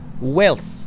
wealth